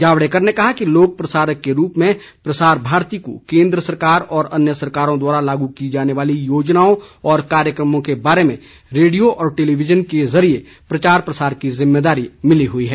जावड़ेकर ने कहा कि लोक प्रसारक के रूप में प्रसार भारती को केन्द्र सरकार और अन्य सरकारों द्वारा लागू की जाने वाली योजनाओं व कार्यक्रमों के बारे में रेडियो और टेलिविजन के जरिये प्रचार प्रसार की जिम्मेदारी मिली हुई है